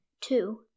Two